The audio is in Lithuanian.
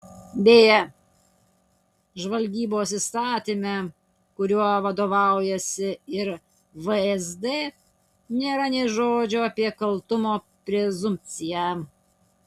beje žvalgybos įstatyme kuriuo vadovaujasi ir vsd nėra nė žodžio apie kaltumo prezumpciją